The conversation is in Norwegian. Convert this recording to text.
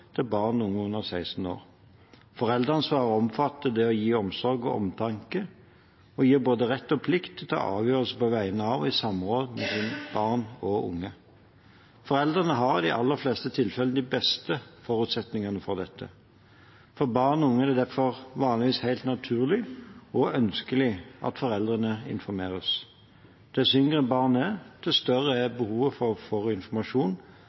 til barn og unge under 16 år. Foreldreansvaret omfatter det å gi omsorg og omtanke og gir både rett og plikt til å ta avgjørelser på vegne av og i samråd med barn og unge. Foreldrene har i de aller fleste tilfeller de beste forutsetningene for dette. For barn og unge er det derfor vanligvis helt naturlig og ønskelig at foreldrene informeres. Dess yngre barn er, dess større er behovet for informasjon